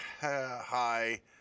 hi